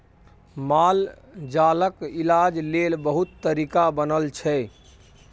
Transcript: मालजालक इलाज लेल बहुत तरीका बनल छै